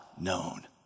known